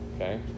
okay